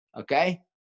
okay